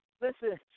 Listen